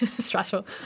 stressful